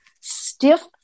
stiff